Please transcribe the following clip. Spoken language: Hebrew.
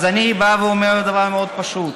אז אני בא ואומר דבר מאוד פשוט: